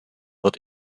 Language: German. wird